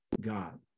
God